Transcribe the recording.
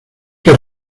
que